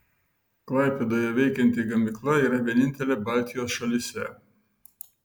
klaipėdoje veikianti gamykla yra vienintelė baltijos šalyse